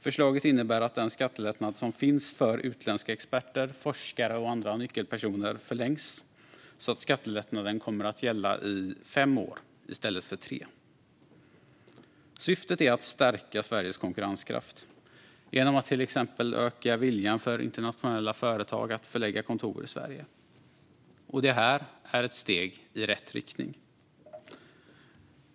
Förslaget innebär att den skattelättnad som finns för utländska experter, forskare och andra nyckelpersoner förlängs så att skattelättnaden kommer att gälla i fem år i stället för tre. Syftet är att stärka Sveriges konkurrenskraft genom att till exempel öka viljan för internationella företag att förlägga kontor i Sverige. Detta är ett steg i rätt riktning.